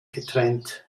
getrennt